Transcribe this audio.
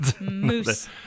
Moose